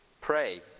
Pray